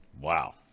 Wow